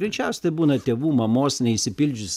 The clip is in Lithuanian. greičiausiai tai būna tėvų mamos neišsipildžius